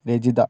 Rajitha